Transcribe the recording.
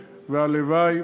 והלוואי,